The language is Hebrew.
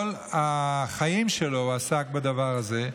כל החיים שלו הוא עסק בדבר הזה,